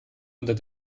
unter